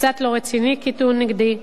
קצת לא רציני כטיעון נגדי.